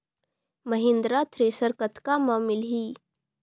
Mahindra thresher कतका म मिलही?